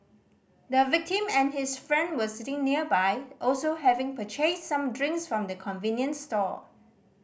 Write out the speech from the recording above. the victim and his friend were sitting nearby also having purchased some drinks from the convenience store